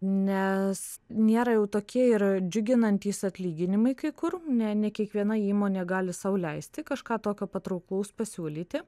nes nėra jau tokie ir džiuginantys atlyginimai kai kur ne ne ne kiekviena įmonė gali sau leisti kažką tokio patrauklaus pasiūlyti